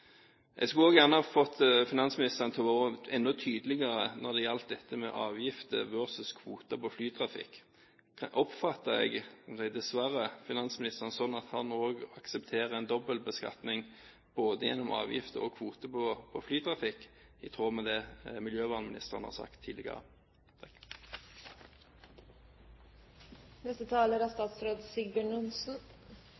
Jeg skulle gjerne også fått finansministeren til å være enda tydeligere når det gjelder avgifter versus kvoter på flytrafikk. Her oppfatter jeg – jeg må si dessverre – finansministeren sånn at han også aksepterer en dobbeltbeskatning både gjennom avgifter og kvoter på flytrafikk, i tråd med det miljøvernministeren har sagt tidligere.